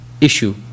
issue